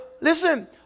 listen